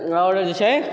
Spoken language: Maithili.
आओर जे छै